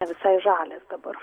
visai žalias dabar